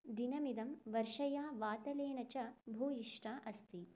दिनमिदं वर्षया वातलेन च भूयिष्ठम् अस्ति